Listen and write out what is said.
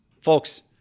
Folks